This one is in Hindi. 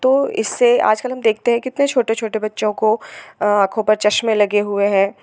तो इससे आजकल हम देखते हैं कितने छोटे छोटे बच्चों को ऑंखों पर चश्मा लगे हुए हैं